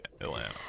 Atlanta